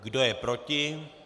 Kdo je proti?